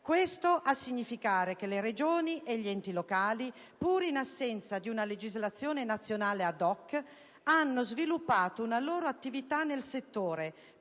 Questo a significare che le Regioni e gli enti locali, pur in assenza di una legislazione nazionale *ad hoc*, hanno sviluppato una loro attività nel settore,